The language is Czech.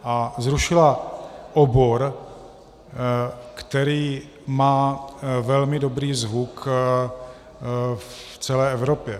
A zrušila obor, který má velmi dobrý zvuk v celé Evropě.